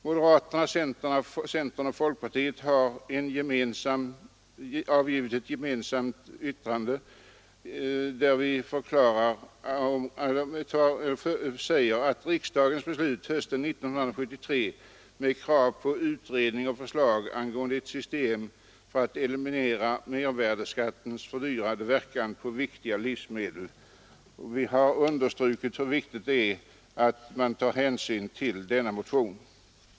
Moderaterna, centern och folkpartiet har gemensamt anmält avvikande mening på denna punkt och ”vill erinra om riksdagens beslut hösten 1973 med krav på utredning och förslag angående ett system för att eliminera mervärdeskattens fördyrande verkan på viktiga livsmedel”. Vi understryker hur angeläget det är att man tar hänsyn till ifrågavarande motion.